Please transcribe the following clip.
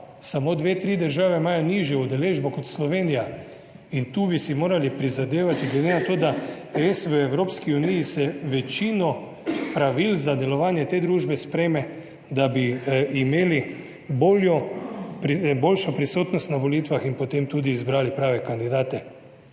samo dve, tri države imajo nižjo udeležbo kot Slovenija in tu bi si morali prizadevati, glede na to, da res v Evropski uniji se večino pravil za delovanje te družbe sprejme, da bi imeli boljšo prisotnost na volitvah in potem tudi izbrali prave kandidate.